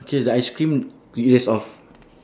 K the ice cream erase off